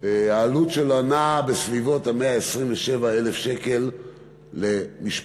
והעלות שלו נעה בסביבות ה-127,000 שקל למשפחה,